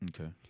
Okay